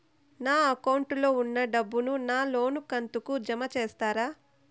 నా అకౌంట్ లో ఉన్న డబ్బును నా లోను కంతు కు జామ చేస్తారా?